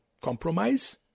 compromise